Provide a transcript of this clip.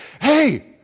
hey